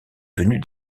venus